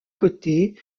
côté